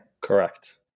Correct